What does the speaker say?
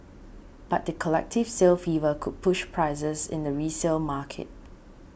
but the collective sale fever could push prices in the resale market